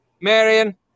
Marion